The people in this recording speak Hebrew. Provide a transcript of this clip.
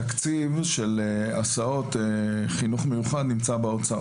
התקציב של הסעות חינוך מיוחד נמצא באוצר.